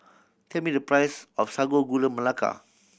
tell me the price of Sago Gula Melaka